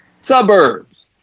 Suburbs